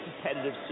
competitive